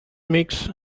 makes